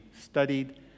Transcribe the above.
studied